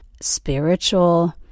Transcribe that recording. spiritual